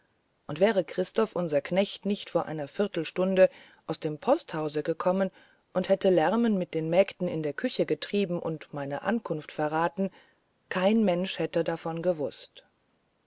und wäre christoph unser knecht nicht vor einer viertelstunde aus dem posthause gekommen und hätte lärmen mit den mägden in der küche getrieben und meine ankunft verraten kein mensch hätte davon gewußt